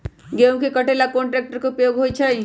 गेंहू के कटे ला कोंन ट्रेक्टर के उपयोग होइ छई?